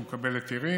הוא מקבל היתרים,